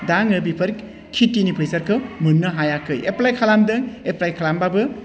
दा आङो बेफोर खेथिनि फैसाखौ मोननो हायाखै एप्लाइ खालामदों एप्लाइ खालामबाबो